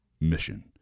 mission